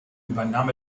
übernahm